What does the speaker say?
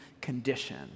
condition